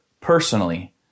personally